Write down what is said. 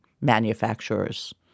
manufacturers